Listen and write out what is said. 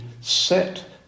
set